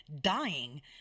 dying